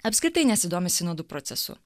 apskritai nesidomi sinodų procesu